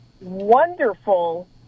wonderful